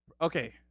Okay